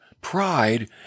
pride